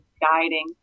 guiding